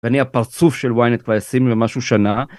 ואני הפרצוף של וויינט כבר 20 ומשהו שנה.